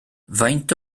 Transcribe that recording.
faint